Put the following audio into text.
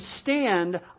stand